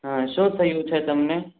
હા શું થયું છે તમને